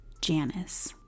Janice